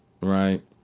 right